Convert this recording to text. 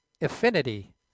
affinity